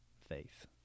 faith